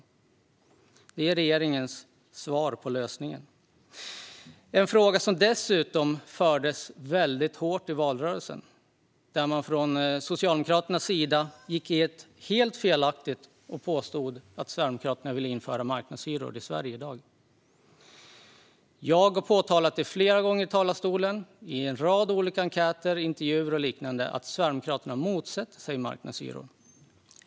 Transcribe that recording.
Men det är regeringens lösning. Fria marknadshyror debatterades dessutom hårt i valrörelsen. Socialdemokraterna gick ut och påstod helt felaktigt att Sverigedemokraterna vill införa marknadshyror i Sverige i dag. Jag har påtalat flera gånger i talarstolen, i en rad olika enkäter, intervjuer och liknande att Sverigedemokraterna motsätter sig marknadshyror.